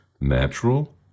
natural